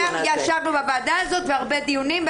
ישבנו בוועדה הזאת והרבה דיונים.